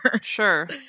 Sure